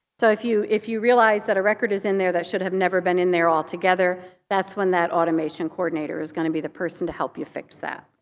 so if you if you realize that a record is in there that should have never before in there all together, that's when that automation coordinator is going to be the person to help you fix that.